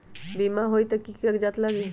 बिमा होई त कि की कागज़ात लगी?